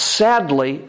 sadly